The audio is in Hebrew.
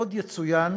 עוד יצוין,